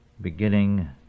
beginning